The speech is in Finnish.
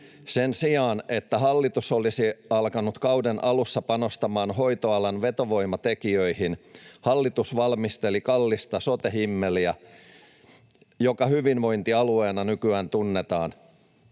Sen sijaan, että hallitus olisi alkanut kauden alussa panostamaan hoitoalan vetovoimatekijöihin, hallitus valmisteli kallista sote-himmeliä, joka hyvinvointialueena nykyään tunnetaan.